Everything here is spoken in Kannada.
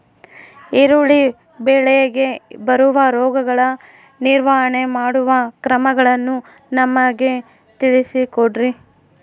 ಈರುಳ್ಳಿ ಬೆಳೆಗೆ ಬರುವ ರೋಗಗಳ ನಿರ್ವಹಣೆ ಮಾಡುವ ಕ್ರಮಗಳನ್ನು ನಮಗೆ ತಿಳಿಸಿ ಕೊಡ್ರಿ?